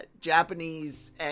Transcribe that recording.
Japanese